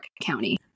County